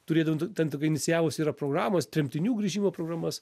turėdavo ten tokį inicijavusi yra programos tremtinių grįžimo programas